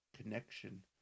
connection